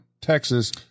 Texas